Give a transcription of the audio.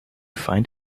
find